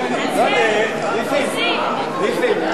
חבר הכנסת נסים זאב,